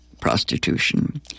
prostitution